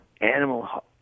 animal